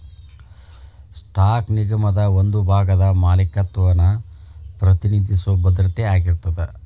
stock ನಿಗಮದ ಒಂದ ಭಾಗದ ಮಾಲೇಕತ್ವನ ಪ್ರತಿನಿಧಿಸೊ ಭದ್ರತೆ ಆಗಿರತ್ತ